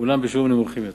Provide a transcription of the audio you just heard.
אולם בשיעורים נמוכים יותר.